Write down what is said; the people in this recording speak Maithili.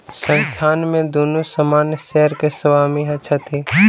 संस्थान में दुनू सामान्य शेयर के स्वामी छथि